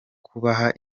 kubaha